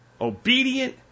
obedient